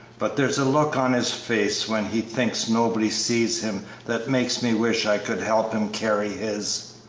but there's a look on his face when he thinks nobody sees him that makes me wish i could help him carry his,